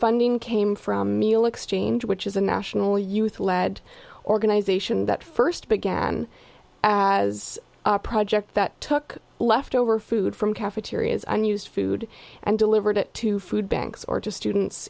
funding came from meal exchange which is a national youth led organization that first began as a project that took leftover food from cafeterias unused food and delivered it to food banks or to students